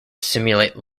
simulate